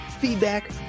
feedback